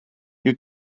you